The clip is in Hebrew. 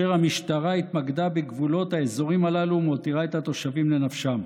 והמשטרה התמקדה בגבולות האזורים הללו והותירה את התושבים לנפשם.